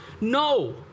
No